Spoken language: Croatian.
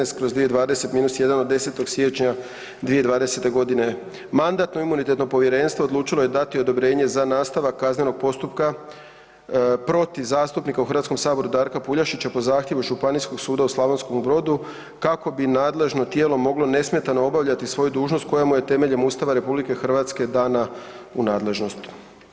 2020-1 od 10. siječnja 2020. g. Mandatno-imunitetno povjerenstvo odlučilo je dati odobrenje za nastavak kaznenog postupka protiv zastupnika u HS-u Darka Puljašića, po zahtjevu Županijskog suda Slavonskom Brodu kako bi nadležno tijelo moglo nesmetano obavljati svoju dužnost koja mu je temeljem Ustava RH dana u nadležnost.